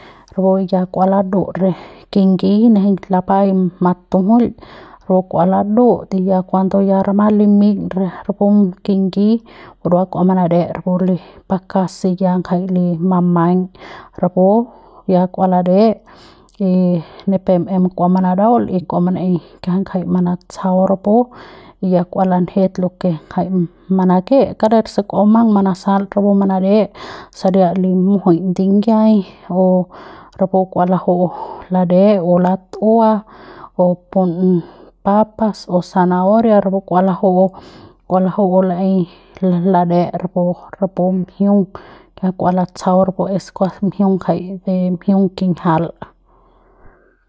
Rapu ya kua ladut re kingiñ nejeiñ lapai matujuil rapu kua ladut y ya cuando ya rama limil re rapu kingiñ burua kua manade rapu li pakas se ngja ya li mamaiñ rapu ya kua lade y ni pe em kua manadaul y y kua manaei kiajai ngjai manatsjau rapu y ya kua lanjet lo ke ngjai manake kader se kua bumang manasal rapu re manade saria li mujuiñ ndingiai o rapu kua laju'u lade o lat'ua o pun papas o zanahoria rapu kua laju'u kua laju'u laei la lade' rapu rapu mjiung ya kua latsjau rapu kuas es mjiung ngjai de mjiung kinjial.